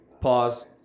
Pause